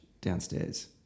Downstairs